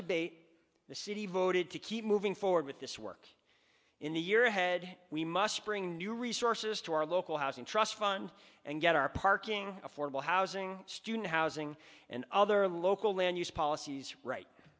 debate the city voted to keep moving forward with this work in the year ahead we must bring new resources to our local housing trust fund and get our parking affordable housing student housing and other local land use policies right